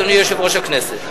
אדוני יושב-ראש הכנסת.